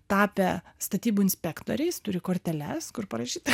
tapę statybų inspektoriais turi korteles kur parašyta